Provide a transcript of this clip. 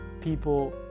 people